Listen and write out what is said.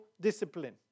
discipline